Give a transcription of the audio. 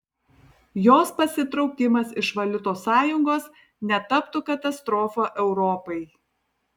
jos pasitraukimas iš valiutos sąjungos netaptų katastrofa europai